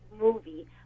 movie